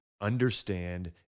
understand